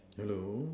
hello